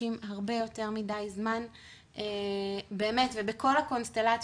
מחכים הרבה יותר מדי זמן ובכל הקונסטלציות,